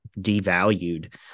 devalued